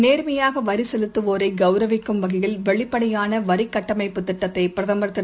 நேர்மையாகவரிசெலுத்துவோரைகௌரவிக்கும் வகையில் வெளிப்படையானவரிகட்டமைப்புத் திட்டத்தைபிரதமர் திரு